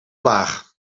laag